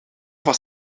was